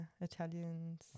Italians